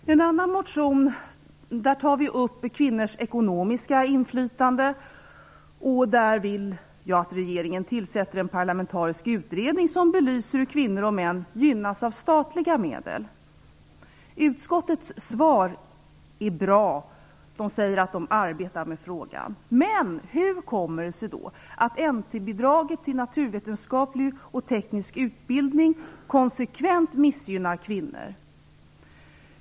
I en annan motion tar vi upp kvinnors ekonomiska inflytande. Här vill jag att regeringen tillsätter en parlamentarisk utredning som belyser hur kvinnor och män gynnas av statliga medel. Utskottets svar är bra. Man säger att man arbetar med frågan. Men hur kommer det sig då att NT-bidraget till naturvetenskaplig och teknisk utbildning konsekvent missgynnar kvinnor?